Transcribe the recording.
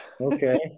Okay